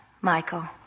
michael